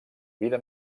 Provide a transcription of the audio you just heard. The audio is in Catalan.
vida